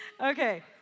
Okay